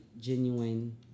genuine